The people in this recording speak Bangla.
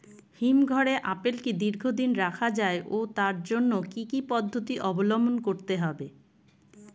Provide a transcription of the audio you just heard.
হিমঘরে আপেল কি দীর্ঘদিন রাখা যায় ও তার জন্য কি কি পদ্ধতি অবলম্বন করতে হবে?